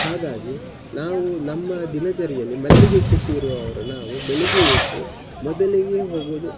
ಹಾಗಾಗಿ ನಾವು ನಮ್ಮ ದಿನಚರಿಯಲ್ಲಿ ಮಲ್ಲಿಗೆ ಕೃಷಿ ಇರುವವರು ನಾವು ಬೆಳಿಗ್ಗೆ ಎದ್ದು ಮೊದಲಿಗೆ ಹೋಗೋದು